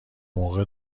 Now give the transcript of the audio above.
موقع